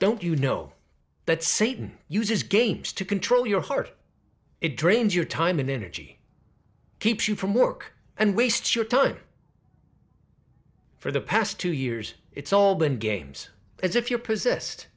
don't you know that satan uses games to control your heart it drains your time and energy keep you from work and waste your time for the past two years it's all been games as if you're possessed